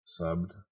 subbed